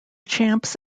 champs